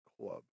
club